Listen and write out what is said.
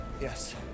Yes